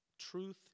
Truth